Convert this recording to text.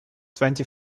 twenty